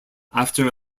after